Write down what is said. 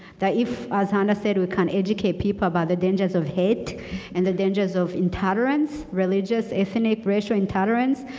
that if as hanne ah and said we can educate people about the dangers of hate and the dangers of intolerance, religious, ethnic, racial intolerance.